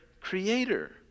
creator